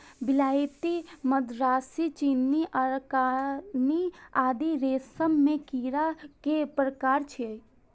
विलायती, मदरासी, चीनी, अराकानी आदि रेशम के कीड़ा के प्रकार छियै